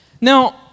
Now